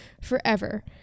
forever